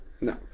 No